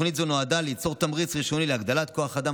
תוכנית זו נועדה ליצור תמריץ ראשוני להגדלת כוח האדם